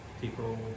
people